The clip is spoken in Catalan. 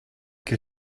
que